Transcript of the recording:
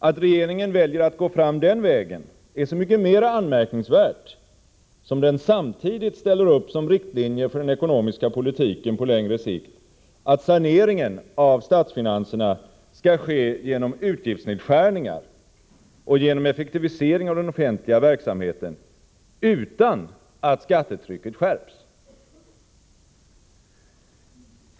Att regeringen väljer att gå fram den vägen är så mycket mera anmärkningsvärt som den samtidigt ställer upp som riktlinjer för den ekonomiska politiken på längre sikt att saneringen av statsfinanserna skall ske genom utgiftsnedskärningar och genom effektivisering av den offentliga verksamheten utan att skattetrycket skärps.